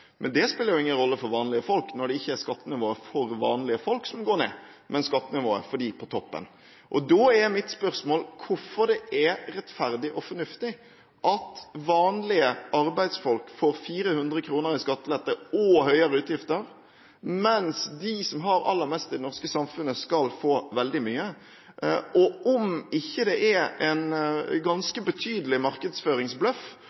Men det spiller jo ingen rolle for vanlige folk, når det ikke er skattenivået for vanlige folk som går ned, men skattenivået for dem på toppen. Da er mine spørsmål: Hvorfor er det rettferdig og fornuftig at vanlige arbeidsfolk får 400 kr i skattelette og høyere utgifter, mens de som har aller mest i det norske samfunnet, skal få veldig mye? Og er det ikke en